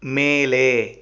மேலே